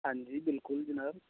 ਹਾਂਜੀ ਬਿਲਕੁਲ ਜਨਾਬ